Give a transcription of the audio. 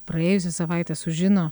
praėjusią savaitę sužino